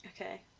Okay